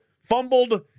fumbled